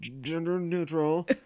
gender-neutral